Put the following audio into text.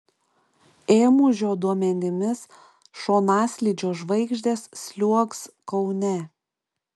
ėmužio duomenimis šonaslydžio žvaigždės sliuogs kaune